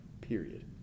period